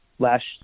last